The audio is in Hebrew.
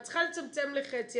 את צריכה לצמצם לחצי,